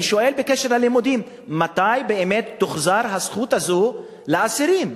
אני שואל בקשר ללימודים: מתי באמת תוחזר הזכות הזאת לאסירים?